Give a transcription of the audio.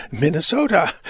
Minnesota